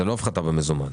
זאת לא הפחתה במזומן.